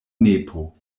nepo